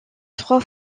trois